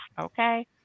okay